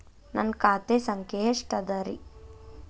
ನನ್ನ ಖಾತೆ ಸಂಖ್ಯೆ ಎಷ್ಟ ಅದರಿ?